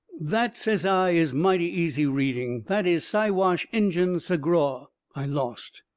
that, says i, is mighty easy reading. that is siwash injun sagraw. i lost.